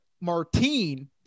Martine